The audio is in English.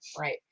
Right